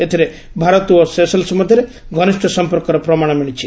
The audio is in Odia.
ଏଥିରେ ଭାରତ ଓ ସେସେଲ୍ସ୍ ମଧ୍ୟରେ ଘନିଷ୍ଠ ସମ୍ପର୍କର ପ୍ରମାଣ ମିଳିଛି